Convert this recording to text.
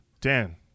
Dan